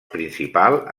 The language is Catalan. principal